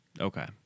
Okay